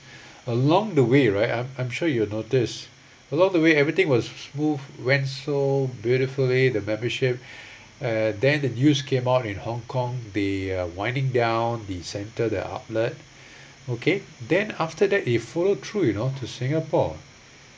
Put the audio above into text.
along the way right I'm I'm sure you'll notice along the way everything was smooth went so beautifully the membership and then the news came out in hong kong they uh winding down the centre the outlet okay then after that they follow through you know to singapore